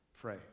pray